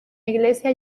iglesia